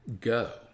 go